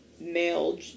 male